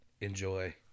enjoy